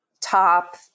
top